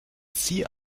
sie